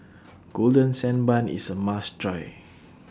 Golden Sand Bun IS A must Try